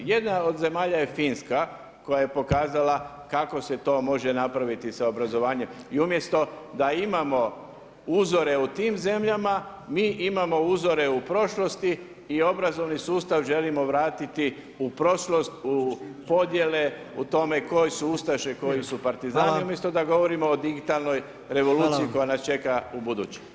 Jedna od zemalja je Finska koja je pokazala kako se to može napraviti sa obrazovanjem i umjesto da imamo uzore u tim zemljama, mi imamo uzore u prošlosti i obrazovni sustav želimo vratiti u prošlost, u podjele, u tome koji su ustaše, koji su partizani umjesto da govorimo o digitalnoj revoluciji koja nas čeka ubuduće.